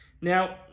Now